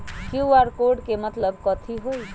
QR code के मतलब कथी होई?